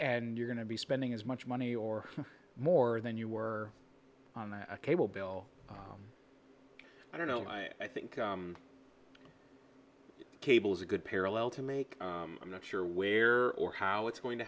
and you're going to be spending as much money or more than you were on that cable bill i don't know i think cable is a good parallel to make i'm not sure where or how it's going to